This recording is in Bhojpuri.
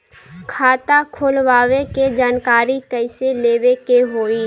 खाता खोलवावे के जानकारी कैसे लेवे के होई?